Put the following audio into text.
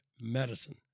medicine